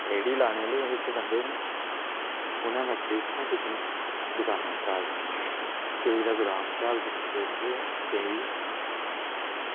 रेह्ड़ी लाने आह्ले एह् जेह्के बंदे न उनें मच्छली उत्थुआं चुक्कनी दुकानै परा गै केईं ते गोदाम चा चुक्की लैंदे ते केईं